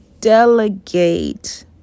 delegate